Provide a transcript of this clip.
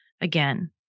Again